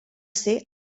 ser